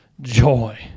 joy